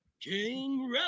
King